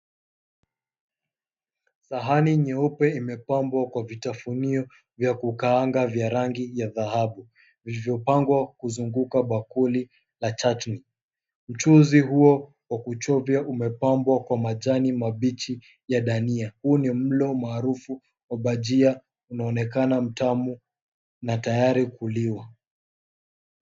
Sahani nyeupe imepambwa kwa vitafunio vya kukaanga vya rangi ya dhahabu, vilivyopangwa kuzunguka bakuli la chatni. Mchuzi huo wa kuchovya umepambwa kwa majani mabichi ya dania. Huu ni mlo maarufu wa bajia unaonekana mtamu na tayari kuliwa.